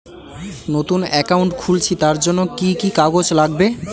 নতুন অ্যাকাউন্ট খুলছি তার জন্য কি কি কাগজ লাগবে?